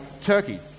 Turkey